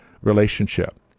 relationship